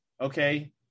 okay